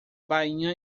bainha